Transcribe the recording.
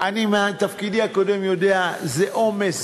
מתפקידי הקודם אני יודע: זה עומס,